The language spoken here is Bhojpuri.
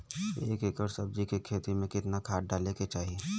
एक एकड़ सब्जी के खेती में कितना खाद डाले के चाही?